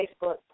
Facebook